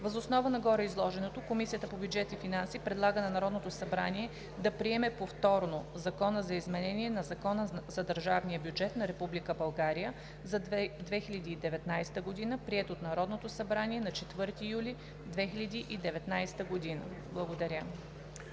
Въз основа на гореизложеното Комисията по бюджет и финанси предлага на Народното събрание да приеме повторно Закона за изменение на Закона за държавния бюджет на Република България за 2019 г., приет от Народното събрание на 4 юли 2019 г.“ Благодаря.